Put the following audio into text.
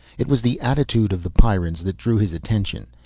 it was the attitude of the pyrrans that drew his attention.